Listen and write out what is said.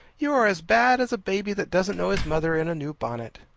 you are as bad as a baby that doesn't know his mother in a new bonnet.